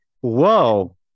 Whoa